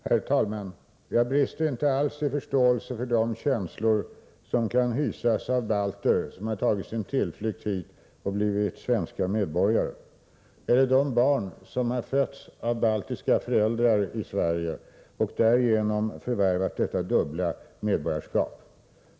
Herr talman! Jag brister inte alls i förståelse för de känslor som kan hysas av balter som har tagit sin tillflykt hit och blivit svenska medborgare eller de barn som har fötts av baltiska föräldrar i Sverige och därigenom förvärvat detta dubbla medborgarskap.